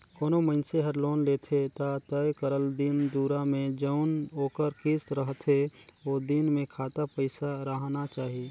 कोनो मइनसे हर लोन लेथे ता तय करल दिन दुरा में जउन ओकर किस्त रहथे ओ दिन में खाता पइसा राहना चाही